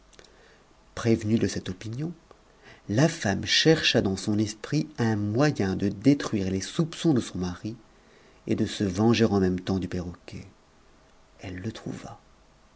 prévenue de cette opinion la femme chercha dans son esprit un moyen de détruire les soupçons de son mari et de se venger en même temps du perroquet elle le trouva